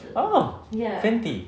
oh fenty